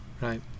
right